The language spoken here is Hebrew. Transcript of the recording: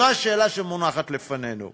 זו השאלה שמונחת לפנינו.